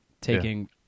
taking